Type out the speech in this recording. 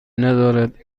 ندارد